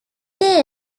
they